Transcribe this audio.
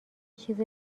چیز